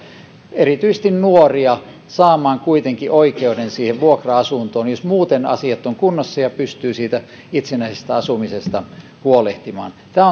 erityisesti nuoria saamaan kuitenkin oikeuden siihen vuokra asuntoon jos muuten asiat ovat kunnossa ja pystyy itsenäisestä asumisesta huolehtimaan tämä